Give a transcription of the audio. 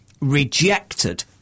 rejected